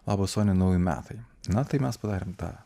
labas sonia nauji metai na tai mes padarėm tą